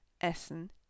essen